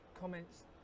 comments